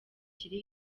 kiri